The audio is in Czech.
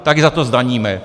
Tak je za to zdaníme!